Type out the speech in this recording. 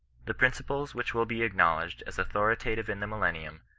the principles which will be acknowledged as authoritative in the millennium,